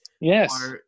yes